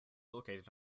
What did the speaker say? located